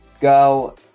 Go